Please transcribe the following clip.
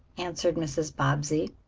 answered mrs. bobbsey.